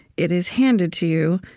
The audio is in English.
it is handed to you,